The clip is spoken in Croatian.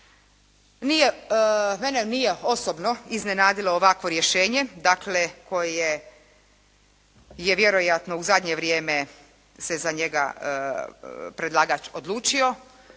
mene nije osobno iznenadilo ovakvo rješenje, dakle koje je vjerojatno u zadnje vrijeme se za njega predlagač odlučio